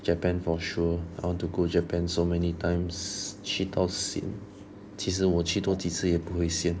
japan for sure I want to go japan so many times 去到 sian 其实我去多几次都不会 sian